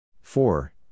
four